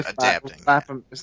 adapting